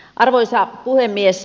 arvoisa puhemies